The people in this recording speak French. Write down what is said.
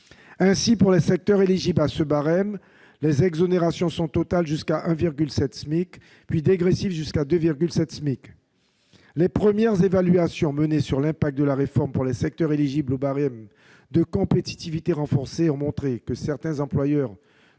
Ainsi, pour les secteurs éligibles à ce barème, les exonérations sont totales jusqu'à 1,7 SMIC, puis dégressives jusqu'à 2,7 SMIC. Les premières évaluations menées sur l'impact de la réforme pour les secteurs éligibles au barème de compétitivité renforcée ont montré que certains employeurs